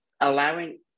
allowing